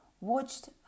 watched